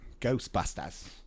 ghostbusters